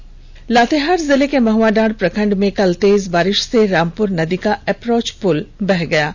वहीं लातेहार जिले के महुआडांड प्रखंड में कल तेज बारिष से रामपुर नदी का एप्रोच पुल बह गया है